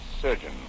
surgeon